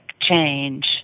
change